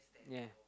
yea